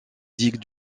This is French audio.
digue